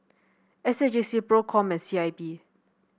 S A J C Procom and C I B